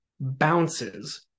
bounces